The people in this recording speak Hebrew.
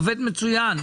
עובד מצוין.